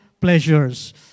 pleasures